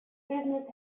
business